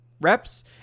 reps